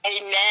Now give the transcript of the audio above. Amen